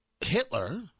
Hitler